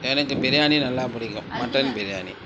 எனக்குப் பிரியாணி நல்லாப் பிடிக்கும் மட்டன் பிரியாணி